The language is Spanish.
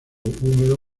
húmedo